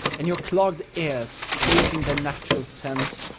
and your clogged ears, losing their natural sense,